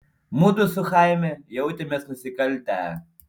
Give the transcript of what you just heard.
mudu su chaime jautėmės nusikaltę